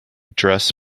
dress